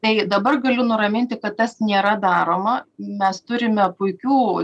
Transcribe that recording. tai dabar galiu nuraminti kad tas nėra daroma mes turime puikių